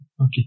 okay